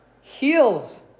heals